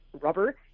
rubber